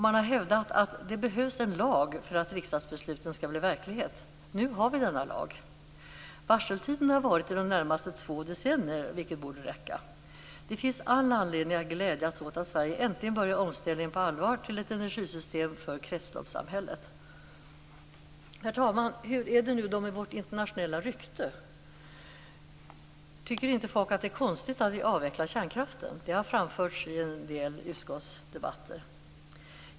Man har hävdat att det behövs en lag för att riksdagsbesluten skall bli verklighet. Nu har vi denna lag. Varseltiden har varit i det närmaste två decennier, vilket borde räcka. Det finns all anledning att glädjas åt att Sverige äntligen på allvar påbörjar omställningen till ett energisystem för kretsloppssamhället. Herr talman! Hur är det då med vårt rykte internationellt? Tycker inte folk att det är konstigt att vi avvecklar kärnkraften? Detta har framförts i en del utskottsdebatter.